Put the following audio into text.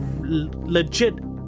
legit